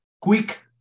quick